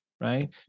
right